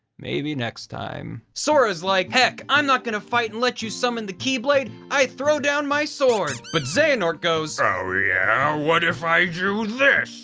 maybe next time. sora is like, heck, i'm not gonna fight and let you summon the kh-blade, i throw down my sword, but xehanort goes, oh yeah? what if i do this?